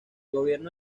gobierno